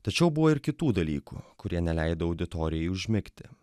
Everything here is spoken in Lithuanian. tačiau buvo ir kitų dalykų kurie neleido auditorijai užmigti